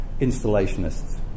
installationists